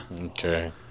Okay